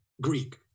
Greek